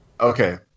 Okay